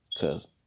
cause